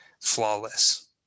flawless